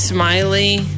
Smiley